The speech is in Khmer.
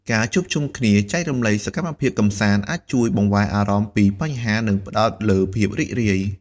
ការជួបជុំគ្នា ចែករំលែកសកម្មភាពកម្សាន្ត អាចជួយបង្វែរអារម្មណ៍ពីបញ្ហា ហើយផ្តោតលើភាពរីករាយ។